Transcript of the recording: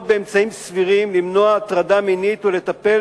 אמצעים סבירים למנוע הטרדה מינית ולטפל